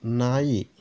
ನಾಯಿ